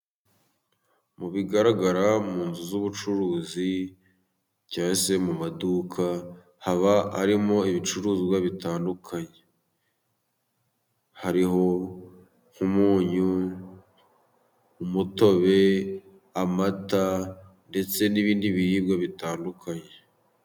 Mu bigaragara mu nzu z'ubucuruzi cyangwa se mu maduka haba harimo ibicuruzwa bitandukanye, hariho nk'umunyu, umu mutobe, amata ndetse n'ibindi biribwa bitandukanye.